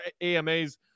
AMAs